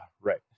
right